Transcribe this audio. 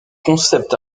concept